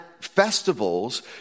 festivals